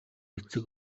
эцэг